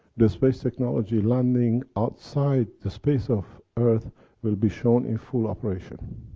the space technology landing outside the space of earth will be shown in full operation.